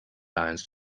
lions